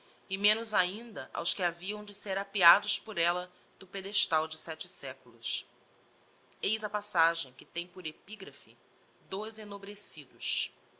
e menos ainda aos que haviam de ser apeados por ella do pedestal de sete seculos eis a passagem que tem por epigraphe dos ennobrecidos os